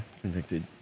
Convicted